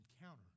encounter